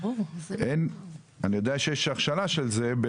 אני יודע שיש הכשרה של זה,